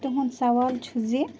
تُہٕنٛد سوال چھُ زِ